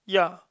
yeah